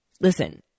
listen